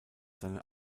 seine